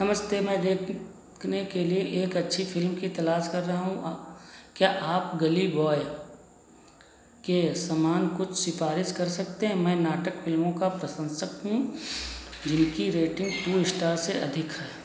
नमस्ते मैं देखने के लिए एक अच्छी फ़िल्म की तलाश कर रहा हूँ अ क्या आप गली ब्वाई के समान कुछ सिफ़ारिश सकते हैं मैं नाटक फ़िल्मों का प्रशंसक हूँ जिनकी रेटिंग टू स्टार्स से अधिक है